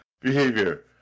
behavior